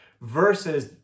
versus